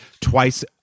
Twice